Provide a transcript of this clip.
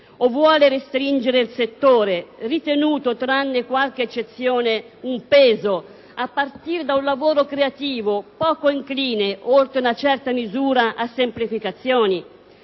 O vuole restringere il settore, ritenuto, tranne qualche eccezione, un peso a partire da un lavoro creativo poco incline, oltre una certa misura, a semplificazioni?